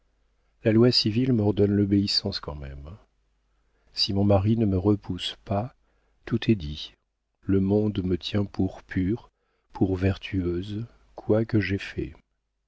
la loi civile m'ordonne l'obéissance quand même si mon mari ne me repousse pas tout est dit le monde me tient pour pure pour vertueuse quoi que j'aie